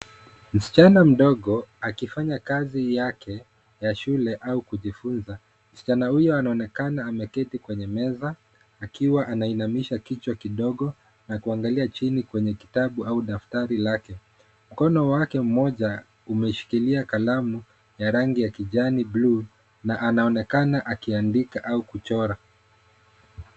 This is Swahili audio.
Msichana mdogo akifanya kazi yake ya shule au kujifunza, msichana huyo anaonekana ameketi kwenye meza akiwa anainamisha kichwa kidogo na kuangalia chini kwenye kitabu au daftari lake, mkono wake mmoja umeshikilia kalamu ya rangi ya kijani buluu na anaonekana akiandika au kuchora.